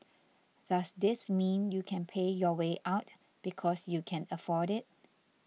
does this mean you can pay your way out because you can afford it